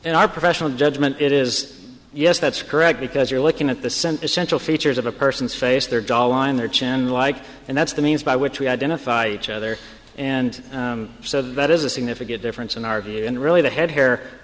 and our professional judgment is yes that's correct because you're looking at the center central features of a person's face their doll on their chin like and that's the means by which we identify each other and so that is a significant difference in our view and really the head hair